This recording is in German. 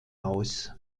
aus